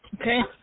Okay